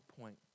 point